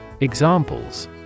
Examples